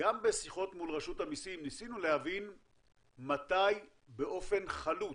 גם בשיחות מול רשות המסים ניסינו להבין מתי באופן חלוט